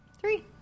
Three